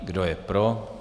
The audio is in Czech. Kdo je pro?